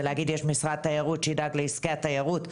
להגיד שיש משרד תיירות שידאג לעסקי התיירות.